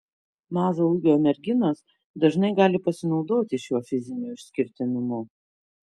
mažo ūgio merginos dažnai gali pasinaudoti šiuo fiziniu išskirtinumu